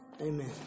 Amen